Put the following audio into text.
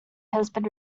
husband